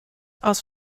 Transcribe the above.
aus